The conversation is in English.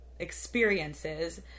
Experiences